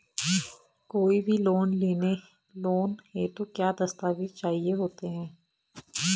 कोई भी लोन हेतु क्या दस्तावेज़ चाहिए होते हैं?